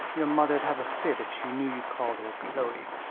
your mother'd have a fit if she knew you called her chloe.